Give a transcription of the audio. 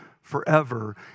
forever